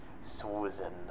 Susan